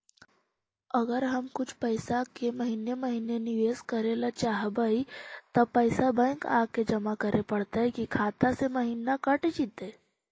अगर हम कुछ पैसा के महिने महिने निबेस करे ल चाहबइ तब पैसा बैक आके जमा करे पड़तै कि खाता से महिना कट जितै?